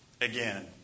again